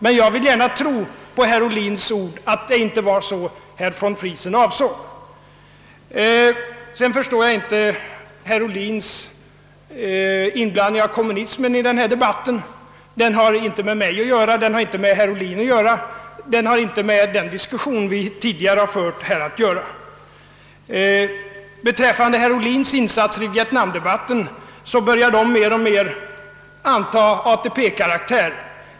Men jag vill gärna tro på herr Ohlins ord, att det inte var så herr von Friesen avsåg. Jag förstår inte att herr Ohlin blandar in kommunismen i denna debatt. Den har inte med mig att göra, den har inte med herr Ohlin att göra och den har ingenting att göra med den debatt vi tidigare har fört. Herr Ohlins insatser i vietnamdebatten börjar mer och mer anta ATP-karaktär.